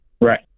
Right